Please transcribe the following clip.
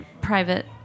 private